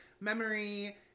memory